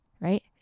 right